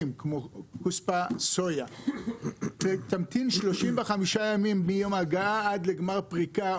כמו סויה תמתין 35 ימים מיום ההגעה עד לגמר פריקה.